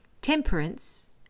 temperance